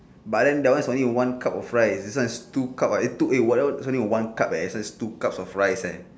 but then that one is only one cup of rice this one is two cup ah eh two eh whatever one is only one cup eh this one is two cups of rice leh